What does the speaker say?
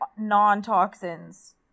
non-toxins